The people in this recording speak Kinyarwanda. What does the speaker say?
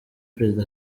perezida